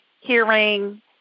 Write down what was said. hearing